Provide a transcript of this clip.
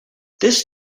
this